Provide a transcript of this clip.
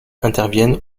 interviennent